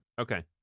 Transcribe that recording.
okay